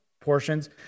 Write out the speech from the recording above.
portions